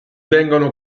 vengono